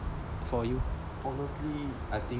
for you